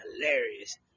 hilarious